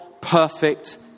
perfect